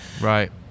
Right